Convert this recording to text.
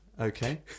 Okay